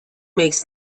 makes